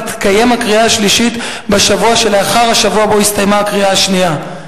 תתקיים הקריאה השלישית בשבוע שלאחר השבוע שבו הסתיימה הקריאה השנייה,